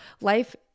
life